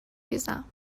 ریزم